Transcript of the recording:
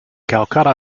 calcutta